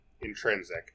intrinsic